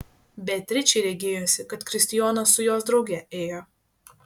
beatričei regėjosi kad kristijonas su jos drauge ėjo